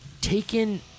taken